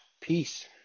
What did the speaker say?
peace